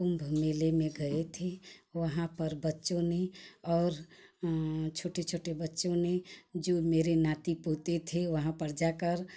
कुम्भ मेले में गए थे वहाँ पर बच्चों ने और छोटे छोटे बच्चों ने जो मेरे नाती पोते थे वहाँ पर जा कर